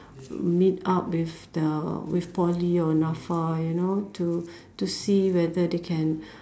meet up with the with Poly or Nafa you know to to see whether they can